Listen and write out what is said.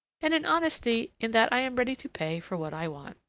and in honesty in that i am ready to pay for what i want.